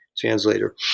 translator